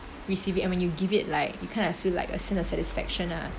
receive it and when you give it like you kind of feel like a sense of satisfaction lah